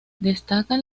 destacan